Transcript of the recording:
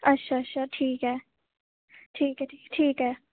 अच्छा अच्छा ठीक ऐ ठीक ऐ ठीक ऐ